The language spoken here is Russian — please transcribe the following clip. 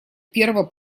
первого